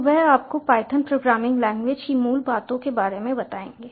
तो वह आपको पायथन प्रोग्रामिंग लैंग्वेज की मूल बातों के बारे में बताएँगे